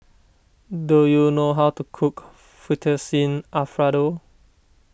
do you know how to cook Fettuccine Alfredo